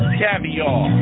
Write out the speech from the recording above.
caviar